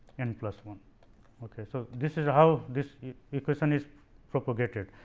n plus one ok. so, this is how this equation is propagated.